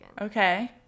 Okay